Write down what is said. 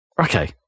Okay